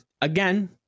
again